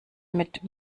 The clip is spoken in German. mit